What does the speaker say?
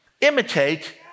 Imitate